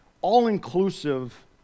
all-inclusive